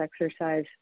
exercise